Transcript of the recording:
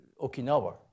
Okinawa